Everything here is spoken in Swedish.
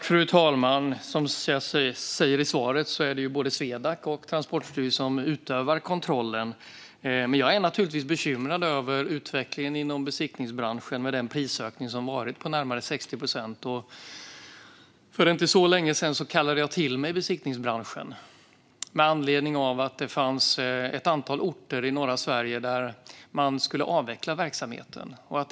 Fru talman! Jag tog upp i mitt svar att både Swedac och Transportstyrelsen utövar kontrollen. Men jag är naturligtvis bekymrad över utvecklingen inom besiktningsbranschen med prisökningar på närmare 60 procent. För inte så länge sedan kallade jag till mig representanter för besiktningsbranschen med anledning av att det finns ett antal orter i norra Sverige där verksamheten ska avvecklas.